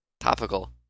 Topical